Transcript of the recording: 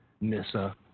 Nissa